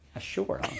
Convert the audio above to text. sure